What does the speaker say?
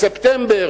בספטמבר,